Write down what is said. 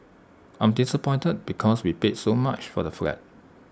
I'm disappointed because we paid so much for the flat